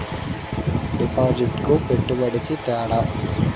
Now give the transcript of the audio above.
డిపాజిట్కి పెట్టుబడికి తేడా?